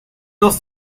los